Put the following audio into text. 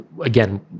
Again